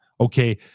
okay